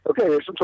okay